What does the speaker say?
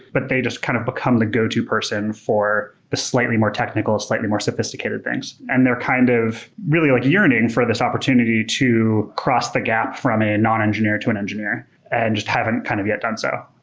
but they just kind of become the go-to person for the slightly more technical, slightly more sophisticated things. and they're kind of really like yearning for this opportunity to cross the gap from a non-engineer to an engineer and just haven't kind of yet done so.